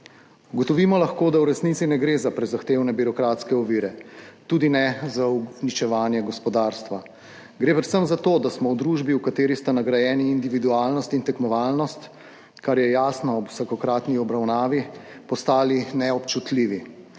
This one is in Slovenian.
Ugotovimo lahko, da v resnici ne gre za prezahtevne birokratske ovire, tudi ne za uničevanje gospodarstva, gre predvsem za to, da smo v družbi, v kateri sta nagrajeni individualnost in tekmovalnost, kar je jasno ob vsakokratni obravnavi, postali neobčutljivi.